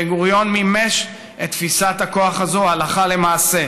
בן-גוריון מימש את תפיסת הכוח הזאת הלכה למעשה.